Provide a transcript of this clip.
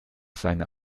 seiner